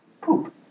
poop